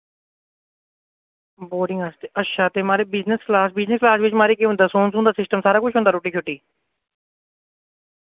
boarding आस्तै अच्छा ते माराज बिजनेस क्लास बिजनेस क्लास बिच माराज केह् होंदा सौन सून दा सिस्टम सारा कुछ होंदा रुट्टी शुट्टी